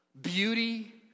beauty